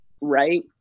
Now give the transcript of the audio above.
right